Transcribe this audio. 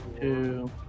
two